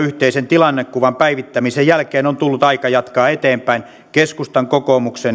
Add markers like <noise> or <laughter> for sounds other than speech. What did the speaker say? <unintelligible> yhteisen tilannekuvan päivittämisen jälkeen on tullut aika jatkaa eteenpäin keskustan kokoomuksen